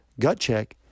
GUTCHECK